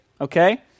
okay